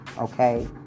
okay